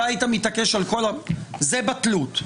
בטלות.